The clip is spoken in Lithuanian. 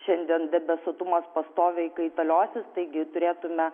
šiandien debesuotumas pastoviai kaitaliosis taigi turėtume